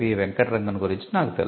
వెంకట్ రంగన్ గురించి నాకు తెలుసు